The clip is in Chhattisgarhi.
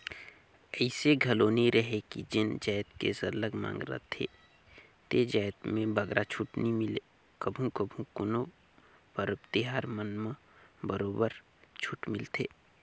अइसे घलो नी रहें कि जेन जाएत के सरलग मांग रहथे ते जाएत में बगरा छूट नी मिले कभू कभू कोनो परब तिहार मन म बरोबर छूट मिलथे